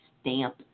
stamp